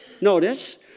Notice